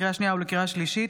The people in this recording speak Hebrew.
לקריאה שנייה ולקריאה שלישית: